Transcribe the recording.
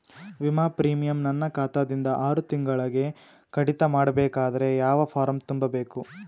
ವಿಮಾ ಪ್ರೀಮಿಯಂ ನನ್ನ ಖಾತಾ ದಿಂದ ಆರು ತಿಂಗಳಗೆ ಕಡಿತ ಮಾಡಬೇಕಾದರೆ ಯಾವ ಫಾರಂ ತುಂಬಬೇಕು?